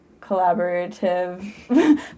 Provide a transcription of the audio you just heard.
collaborative